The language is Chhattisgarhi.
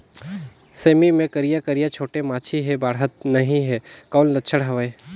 सेमी मे करिया करिया छोटे माछी हे बाढ़त नहीं हे कौन लक्षण हवय?